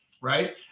right